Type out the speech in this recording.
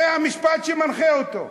זה המשפט שמנחה אותו.